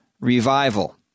revival